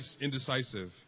indecisive